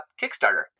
Kickstarter